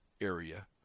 area